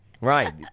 Right